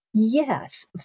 yes